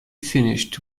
finished